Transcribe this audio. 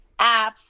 apps